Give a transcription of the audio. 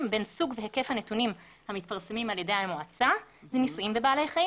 בין סוג והיקף הנתונים המתפרסמים על ידי המועצה לניסויים בבעלי החיים